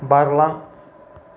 बारलां